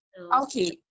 Okay